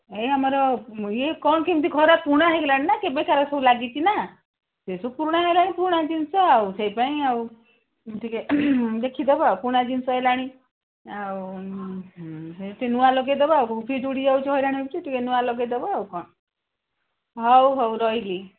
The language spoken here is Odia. ଏଇ ଆମର ଇଏ କ'ଣ କେମିତି ଖରା ପୁରୁଣା ହେଇଗଲାଣି ନା କେବେ ସାରା ସବୁ ଲାଗିଛି ନା ସେ ସବୁ ପୁରୁଣା ହେଲାଣି ପୁରୁଣା ଜିନିଷ ଆଉ ସେଇଥିପାଇଁ ଆଉ ଟିକେ ଦେଖିଦବା ଆଉ ପୁରୁଣା ଜିନିଷ ହେଲାଣି ଆଉ ସେଠି ନୂଆ ଲଗାଇ ଦବ ଆଉ ଫ୍ୟୁଜ୍ ଉଡ଼ି ଯାଉଛି ହଇରାଣ ହେଉଛି ଟିକେ ନୂଆ ଲଗାଇ ଦବ ଆଉ କ'ଣ ହଉ ହଉ ରହିଲି